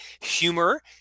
humor